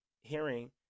hearing